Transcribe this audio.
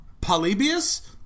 Polybius